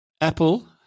Apple